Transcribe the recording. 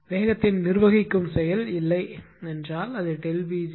வேகத்தை நிர்வகிக்கும் செயல் இல்லை என்றால் அது Pg 0